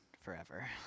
forever